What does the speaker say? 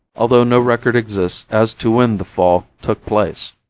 although no record exists as to when the fall took place.